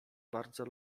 bardzo